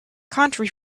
country